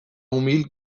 umil